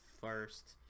first